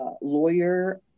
lawyer